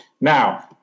Now